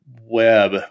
web